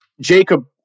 Jacob